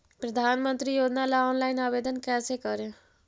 प्रधानमंत्री योजना ला ऑनलाइन आवेदन कैसे करे?